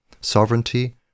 Sovereignty